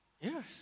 Yes